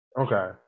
Okay